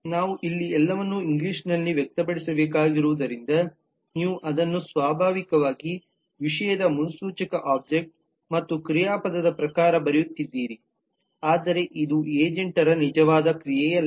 ನಾವು ಇಲ್ಲಿ ಎಲ್ಲವನ್ನೂ ಇಂಗ್ಲಿಷ್ನಲ್ಲಿ ವ್ಯಕ್ತಪಡಿಸಬೇಕಾಗಿರುವುದರಿಂದ ನೀವು ಅದನ್ನು ಸ್ವಾಭಾವಿಕವಾಗಿ ವಿಷಯದ ಮುನ್ಸೂಚಕ ಒಬ್ಜೆಕ್ಟ್ ಮತ್ತು ಕ್ರಿಯಾಪದದ ಪ್ರಕಾರ ಬರೆಯುತ್ತಿದ್ದೀರಿಆದರೆ ಇದು ಏಜೆಂಟರ ನಿಜವಾದ ಕ್ರಿಯೆಯಲ್ಲ